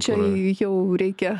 čia jau reikia